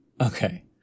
Okay